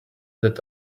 that